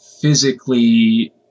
physically